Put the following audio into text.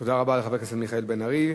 תודה רבה לחבר הכנסת מיכאל בן-ארי.